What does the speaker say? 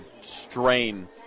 strain